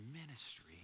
ministry